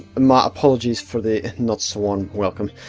my apologies for the not so warm welcome,